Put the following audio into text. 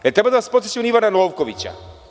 Da li treba da vas podsećam na Ivana Novkovića?